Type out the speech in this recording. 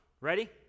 Ready